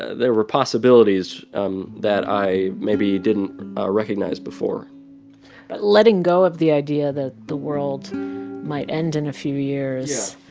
there were possibilities um that i maybe didn't recognize before but letting go of the idea that the world might end in a few years.